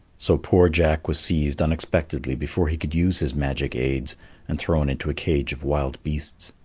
so poor jack was seized unexpectedly before he could use his magic aids and thrown into a cage of wild beasts.